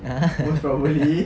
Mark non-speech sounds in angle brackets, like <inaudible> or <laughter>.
<laughs>